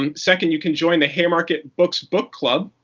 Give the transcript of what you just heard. um second, you can join the haymarket books book club.